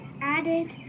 added